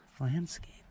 landscape